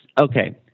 Okay